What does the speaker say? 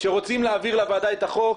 כשרוצים להעביר לוועדה את החוק,